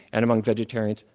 and among vegetarians,